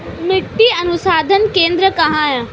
मिट्टी अनुसंधान केंद्र कहाँ है?